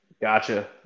Gotcha